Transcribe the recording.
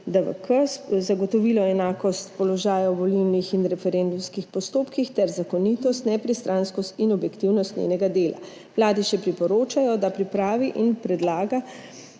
zagotovilo enakost položaja v volilnih in referendumskih postopkih ter zakonitost, nepristranskost in objektivnost njenega dela. Vladi še priporočajo, da pripravi in predlaga